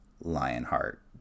Lionheart